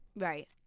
Right